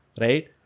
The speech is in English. right